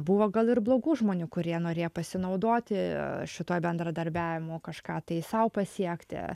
buvo gal ir blogų žmonių kurie norėjo pasinaudoti šitoj bendradarbiavimo kažką tai sau pasiekti